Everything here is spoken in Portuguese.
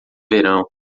verão